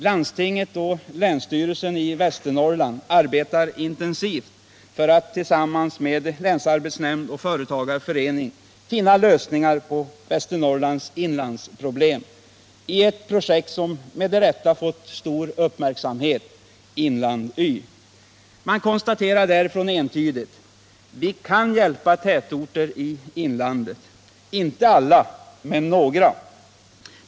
I Västernorrlands län arbetar landsting och länsstyrelse intensivt för att tillsammans med länsarbetsnämnd och företagarförening finna lösningar på Västernorrlands inlandsproblem, i ett projekt som med rätta fått stor uppmärksamhet — Inland Y. Man konstaterar därifrån entydigt: Vi kan hjälpa tätorter i inlandet — inte alla men några.